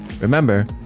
Remember